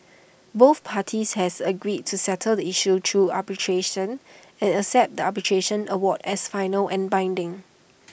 both parties had agreed to settle the issue through arbitration and accept the arbitration award as final and binding